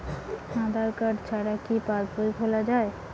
আধার card ছাড়া কি পাসবই খোলা যায়?